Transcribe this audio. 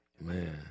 Man